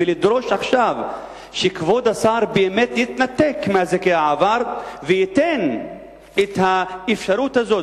ולדרוש עכשיו שכבוד השר יתנתק מהעבר וייתן את האפשרות הזאת.